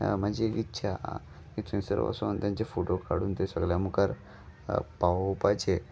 म्हजे इच्छा की थंयसोर वसोन तेंचे फोटो काडून ते सगळ्यां मुखार पावोवपाचें